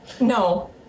No